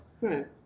Right